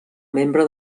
membre